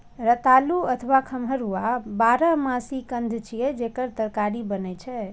रतालू अथवा खम्हरुआ बारहमासी कंद छियै, जेकर तरकारी बनै छै